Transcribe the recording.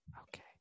Okay